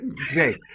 Jay